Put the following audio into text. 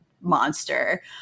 monster